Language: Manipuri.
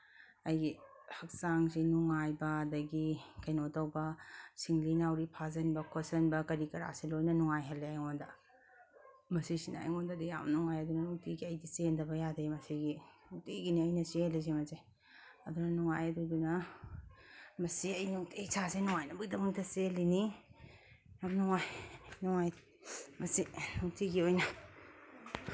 ꯑꯩꯒꯤ ꯍꯛꯆꯥꯡꯁꯦ ꯅꯨꯡꯉꯥꯏꯕ ꯑꯗꯒꯤ ꯀꯩꯅꯣ ꯇꯧꯕ ꯁꯤꯡꯂꯤ ꯅꯥꯎꯔꯤ ꯐꯥꯖꯟꯕ ꯈꯣꯠꯆꯟꯕ ꯀꯔꯤ ꯀꯔꯥꯁꯦ ꯂꯣꯏꯅ ꯅꯨꯡꯉꯥꯏꯍꯜꯂꯦ ꯑꯩꯉꯣꯟꯗ ꯃꯁꯤꯁꯤꯅ ꯑꯩꯉꯣꯟꯗꯗꯤ ꯌꯥꯝ ꯅꯨꯡꯉꯥꯏꯗꯅ ꯅꯨꯡꯇꯤꯒꯤ ꯑꯩꯗꯤ ꯆꯦꯟꯗꯕ ꯌꯥꯗꯦ ꯃꯁꯤ ꯅꯨꯡꯇꯤꯒꯤꯅꯤ ꯑꯩꯅ ꯆꯦꯜꯂꯤꯁꯦ ꯃꯁꯦ ꯑꯗꯨꯅ ꯅꯨꯡꯉꯥꯏ ꯑꯗꯨꯗꯨꯅ ꯃꯁꯤ ꯑꯩ ꯅꯨꯡꯇꯤ ꯏꯁꯥꯁꯦ ꯅꯨꯡꯉꯥꯏꯅꯕꯒꯤꯗꯃꯛꯇ ꯆꯦꯜꯂꯤꯅꯤ ꯌꯥꯝ ꯅꯨꯡꯉꯥꯏ ꯅꯨꯡꯉꯥꯏ ꯃꯁꯤ ꯅꯨꯡꯇꯤꯒꯤ ꯑꯣꯏꯅ